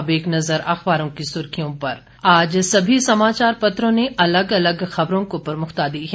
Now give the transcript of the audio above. अब एक नजर अखबारों की सुर्खियों पर आज सभी समाचार पत्रों ने अलग अलग खबरों को प्रमुखता दी है